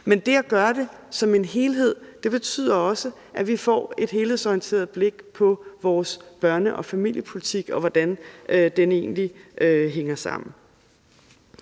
men det at gøre det som en helhed betyder også, at vi får et helhedsorienteret blik på vores børne- og familiepolitik og på, hvordan den egentlig hænger sammen.